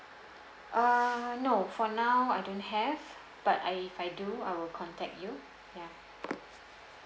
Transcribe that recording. uh no for now I don't have but I I do I will contact you ya